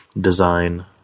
design